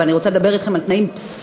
אבל אני רוצה לדבר אתכם על תנאים בסיסיים,